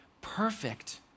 perfect